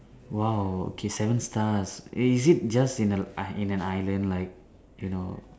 !wow! okay seven stars is it just in a i~ in an island like you know